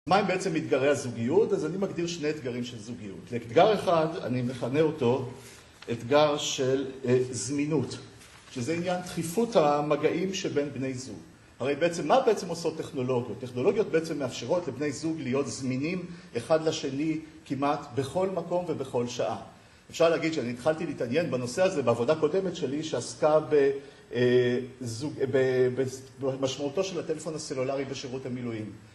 מהם בעצם אתגרי הזוגיות? אז אני מגדיר שני אתגרים של זוגיות. לאתגר אחד, אני מכנה אותו, אתגר של זמינות, שזה עניין דחיפות המגעים שבין בני זוג. הרי בעצם, מה בעצם עושות טכנולוגיות? טכנולוגיות בעצם מאפשרות לבני זוג להיות זמינים אחד לשני כמעט בכל מקום ובכל שעה. אפשר להגיד שאני התחלתי להתעניין בנושא הזה בעבודה קודמת שלי שעסקה במשמעותו של הטלפון הסלולרי בשירות המילואים.